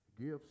Gifts